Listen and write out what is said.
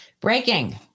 Breaking